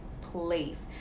place